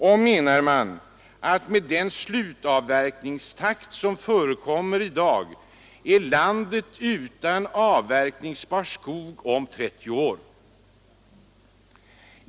Man menar att med den slutavverkningstakt som förekommer i dag är landet utan avverkningsbar skog om 30 år.